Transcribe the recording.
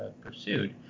pursued